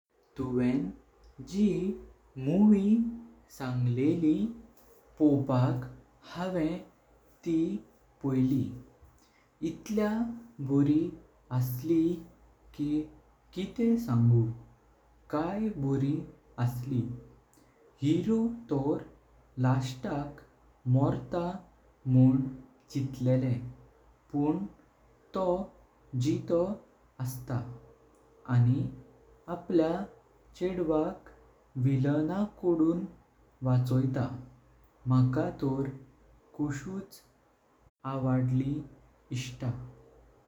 तुवें जी मुवी सांगलें पोवपाक हांवें ती पोयीली। इतल्या बोरि असली कि किते सांगू, कय बोरि असली, हेरो तोर लास्ताक मर्ता मुन चितलेंले। पण तोह जितो अस्तां आणि आपल्या चेड्वाक विळणाकडुं वाचोयता, मका तोर कुषुच आवडली इष्टा।